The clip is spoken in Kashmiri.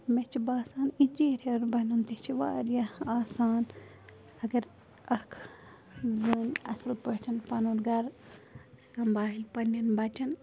مےٚ چھِ باسان اِنجیٖنِیَر بَنُن تہِ چھِ واریاہ آسان اگر اَکھ زٔنۍ اَصٕل پٲٹھۍ پَنُن گَرٕ سنٛبالہِ پنٮ۪ن بَچن